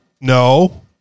no